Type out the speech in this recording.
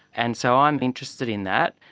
and so i'm interested in that,